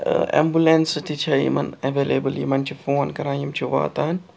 اٮ۪مبُلٮ۪نٛسہٕ تہِ چھےٚ یِمَن اٮ۪وٮ۪لیبٕل یِمَن چھِ فون کَران یِم چھِ واتان